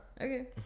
Okay